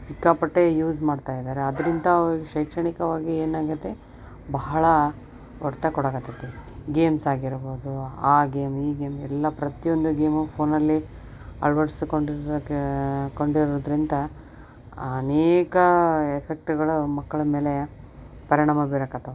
ಸಿಕ್ಕಾಪಟ್ಟೆ ಯೂಸ್ ಮಾಡ್ತಾಯಿದ್ದಾರೆ ಅದರಿಂದ ಅವ್ರ ಶೈಕ್ಷಣಿಕವಾಗಿ ಏನಾಗೈತೆ ಬಹಳ ಹೊಡ್ತ ಕೊಡಕತ್ತೈತಿ ಗೇಮ್ಸ್ ಆಗಿರ್ಬೋದು ಆ ಗೇಮ್ ಈ ಗೇಮ್ ಎಲ್ಲಾ ಪ್ರತಿಯೊಂದು ಗೇಮು ಫೋನಲ್ಲಿ ಅಳವಡಿಸ್ಕೊಂಡಿದ್ದಕ್ಕೆ ಕೊಂಡಿರುದರಿಂದ ಅನೇಕ ಎಫೆಕ್ಟ್ಗಳು ಮಕ್ಕಳ ಮೇಲೆ ಪರಿಣಾಮ ಬೀರಕತ್ತಾವು